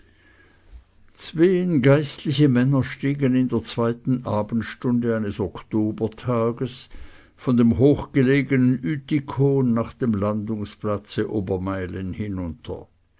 zween geistliche männer stiegen in der zweiten abendstunde eines oktobertages von dem hochgelegenen ütikon nach dem landungsplatze obermeilen hinunter